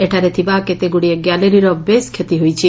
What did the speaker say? ଏଠାରେ ଥିବା କେତେଗୁଡ଼ିଏ ଗ୍ୟାଲେରିର ବେଶ୍ କ୍ଷତି ହୋଇଛି